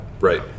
Right